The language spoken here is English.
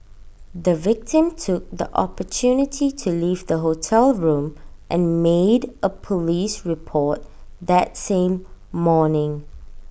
the victim took the opportunity to leave the hotel room and made A Police report that same morning